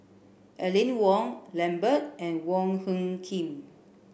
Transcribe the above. Aline Wong Lambert and Wong Hung Khim